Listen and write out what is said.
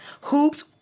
Hoops